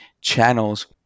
channels